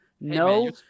No